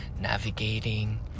navigating